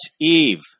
Eve